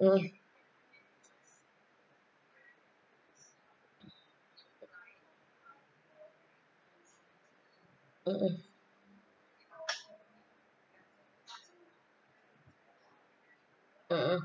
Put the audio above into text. mm mm mm mm mm